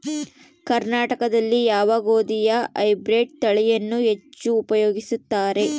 ಕರ್ನಾಟಕದಲ್ಲಿ ಯಾವ ಗೋಧಿಯ ಹೈಬ್ರಿಡ್ ತಳಿಯನ್ನು ಹೆಚ್ಚು ಉಪಯೋಗಿಸುತ್ತಾರೆ?